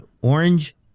Orange